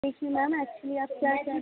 देखिए ma'am actually आप क्या है कि